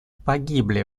погибли